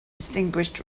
distinguished